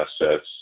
assets